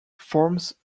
forms